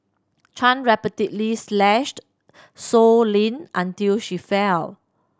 Chan repeatedly slashed Sow Lin until she fell